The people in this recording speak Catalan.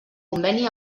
conveni